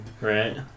Right